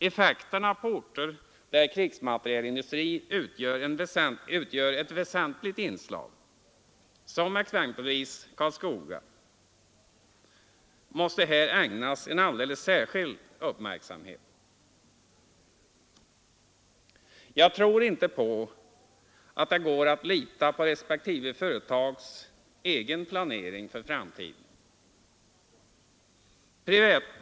Effekterna på orter där krigsmaterielindustri utgör ett väsentligt inslag — som exempelvis Karlskoga — måste här ägnas en alldeles särskild uppmärksamhet. Jag tror inte på att det går att lita till respektive företags egen planering för framtiden.